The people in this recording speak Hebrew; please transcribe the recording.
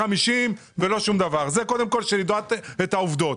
זה כדי שקודם כל נדע את העובדות.